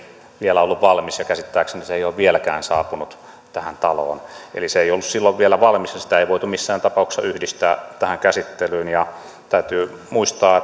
vielä ollut valmis ja käsittääkseni se ei ole vieläkään saapunut tähän taloon eli se ei ollut silloin vielä valmis ja sitä ei voitu missään tapauksessa yhdistää tähän käsittelyyn täytyy muistaa